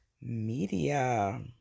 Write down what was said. media